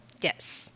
Yes